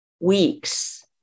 weeks